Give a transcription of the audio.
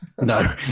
No